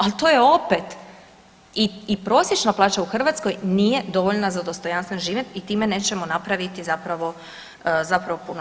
Ali to je opet i prosječna plaća u Hrvatskoj nije dovoljna za dostojanstven život i time nećemo napraviti zapravo puno.